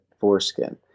foreskin